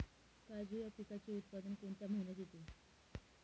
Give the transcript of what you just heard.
काजू या पिकाचे उत्पादन कोणत्या महिन्यात येते?